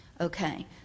Okay